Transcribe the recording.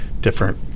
different